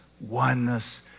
oneness